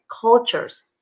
cultures